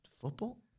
football